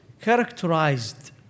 characterized